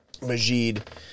Majid